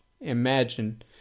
imagine